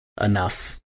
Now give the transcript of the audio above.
enough